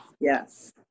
yes